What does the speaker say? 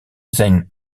zijn